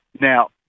Now